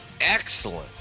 Excellent